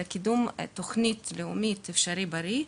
על קידום תוכנית לאומית שנקראת: 'אפשרי בריא'.